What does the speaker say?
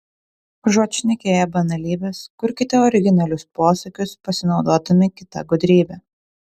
užuot šnekėję banalybes kurkite originalius posakius pasinaudodami kita gudrybe